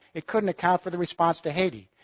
it couldn't account for the response to haiti.